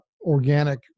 organic